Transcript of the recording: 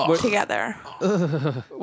together